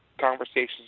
conversations